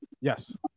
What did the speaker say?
Yes